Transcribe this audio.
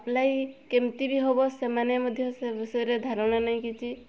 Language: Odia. ଆପ୍ଲାଏ କେମିତି ବି ହେବ ସେମାନେ ମଧ୍ୟ ସେ ବିଷୟରେ ଧାରଣ ନାହିଁ କିଛି